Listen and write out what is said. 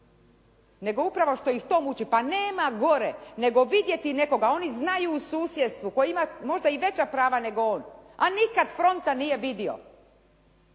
nego upravo što ih to muči. Pa nema gore nego vidjeti nekoga, oni znaju u susjedstvu koji ima možda i veća prava nego on, a nikad fronta nije vidio.